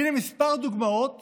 הינה כמה דוגמאות